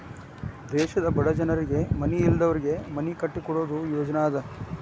ದೇಶದ ಬಡ ಜನರಿಗೆ ಮನಿ ಇಲ್ಲದವರಿಗೆ ಮನಿ ಕಟ್ಟಿಕೊಡು ಯೋಜ್ನಾ ಇದ